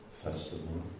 festival